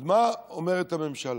אז מה אומרת הממשלה?